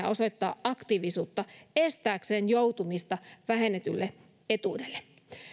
osoittaa aktiivisuutta estääkseen joutumista vähennetylle etuudelle